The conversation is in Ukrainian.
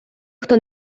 хто